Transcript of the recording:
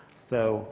so